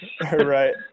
right